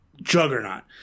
juggernaut